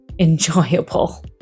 enjoyable